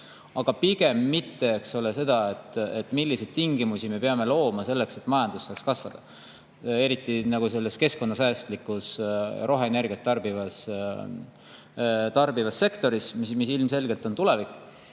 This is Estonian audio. aga mitte seda, milliseid tingimusi me peame looma selleks, et majandus saaks kasvada, eriti keskkonnasäästlikus roheenergiat tarbivas sektoris, mis ilmselgelt on tulevik.